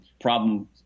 problem